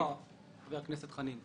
בשם חברי הוועדה ובשם כל עם ישראל בהצלחה.